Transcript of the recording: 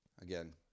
Again